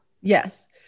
Yes